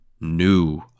new